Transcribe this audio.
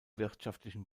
wirtschaftlichen